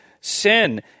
sin